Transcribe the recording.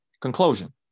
Conclusion